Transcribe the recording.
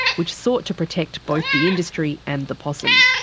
which sought to protect both the industry and the possum.